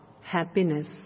happiness